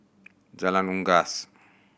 Jalan Unggas